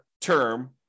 term